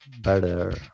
better